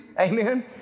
Amen